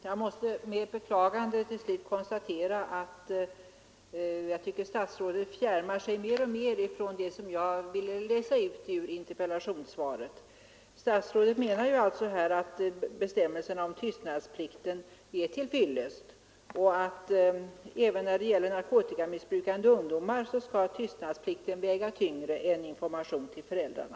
Herr talman! Jag måste med beklagande säga att jag tycker statsrådet fjärmar sig mer och mer från det som jag ville läsa ut ur interpellationssvaret. Statsrådet menar nu att bestämmelserna om tystnadsplikten är till fyllest och att även när det gäller narkotikamissbrukande ungdomar skall tystnadsplikten väga tyngre än informationen till föräldrarna.